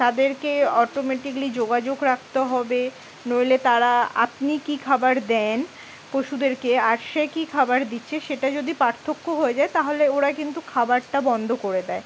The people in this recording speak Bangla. তাদেরকে অটোমেটিক্যালি যোগাযোগ রাখতে হবে নইলে তারা আপনি কী খাবার দেন পশুদেরকে আর সে কী খাবার দিচ্ছে সেটা যদি পার্থক্য হয়ে যায় তাহলে ওরা কিন্তু খাবারটা বন্ধ করে দেয়